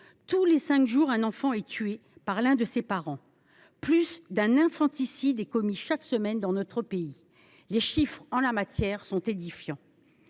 Tous les cinq jours, un enfant est tué par l’un de ses parents ; plus d’un infanticide est commis chaque semaine dans notre pays. Ces chiffres sont édifiants.